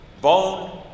bone